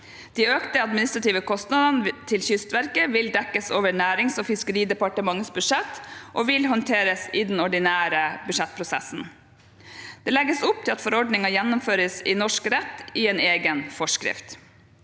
De økte administrative kostnadene til Kystverket vil dekkes over Nærings- og fiskeridepartementets budsjett og vil håndteres i den ordinære budsjettprosessen. Det legges opp til at forordningen gjennomføres i norsk rett i en egen forskrift.